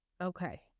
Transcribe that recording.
Okay